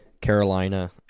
Carolina